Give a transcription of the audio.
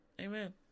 Amen